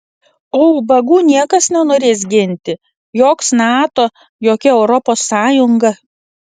o ubagų niekas nenorės ginti joks nato jokia europos sąjunga